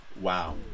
Wow